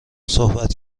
صحبت